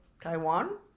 Taiwan